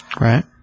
Right